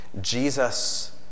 Jesus